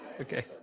Okay